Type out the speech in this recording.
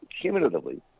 cumulatively